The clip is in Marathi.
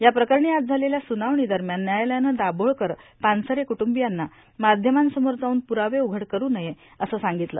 या प्रकरणी आज झालेल्या सुनावणीदरम्यान न्यायालयानं दाभोळ्कर पानसरे कुटूंबियांना माध्यमांसमोर जाऊन पुरावे उघड करू नये असं सांगितलं